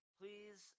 please